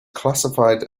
classified